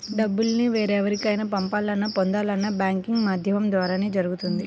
డబ్బుల్ని వేరెవరికైనా పంపాలన్నా, పొందాలన్నా బ్యాంకింగ్ మాధ్యమం ద్వారానే జరుగుతుంది